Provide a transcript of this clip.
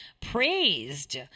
praised